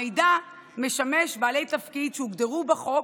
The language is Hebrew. המידע משמש בעלי תפקיד שהוגדרו בחוק